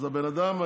אז הבן אדם,